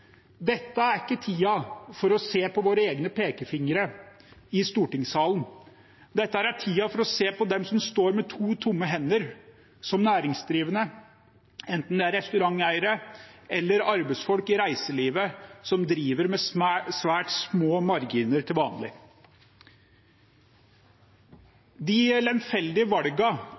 Dette er ikke tiden for å se på våre egne pekefingre i stortingssalen. Dette er tiden for å se på de som står med to tomme hender som næringsdrivende, enten det er restauranteiere eller arbeidsfolk i reiselivet, som driver med svært små marginer til vanlig. De lemfeldige valgene som har blitt tatt knyttet til importsmitten, er